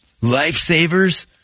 lifesavers